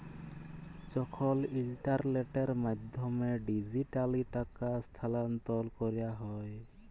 যখল ইলটারলেটের মাধ্যমে ডিজিটালি টাকা স্থালাল্তর ক্যরা হ্যয়